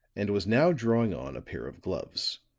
and was now drawing on a pair of gloves.